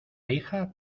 hija